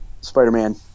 Spider-Man